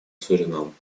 суринам